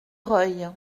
reuil